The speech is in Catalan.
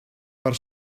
per